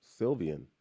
Sylvian